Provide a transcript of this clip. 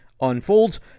unfolds